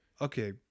Okay